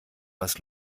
was